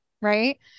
Right